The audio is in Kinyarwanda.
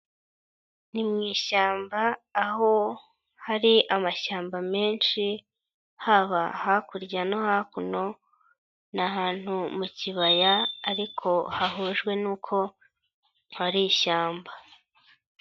Ni mu ishyamba aho hari amashyamba menshi haba hakurya no hakuno ni ahantu mu kibaya ariko hahujwe nuko hari ishyamba.